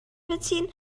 beziehen